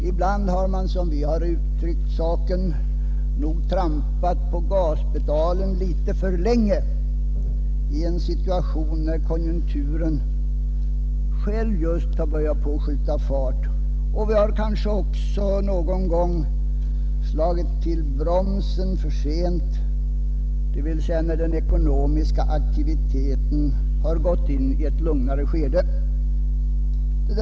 Ibland har man, som vi uttryckt saken, nog trampat på gaspedalen litet för länge i en situation när konjunkturen själv just börjat skjuta fart — och man har kanske också någon gång slagit till bromsen för sent, dvs. när den ekonomiska aktiviteten gått in i ett lugnare skede.